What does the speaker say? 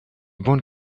bonne